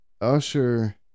Usher